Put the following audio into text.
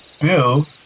Bill